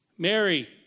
Mary